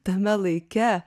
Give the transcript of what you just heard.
tame laike